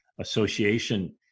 association